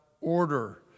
order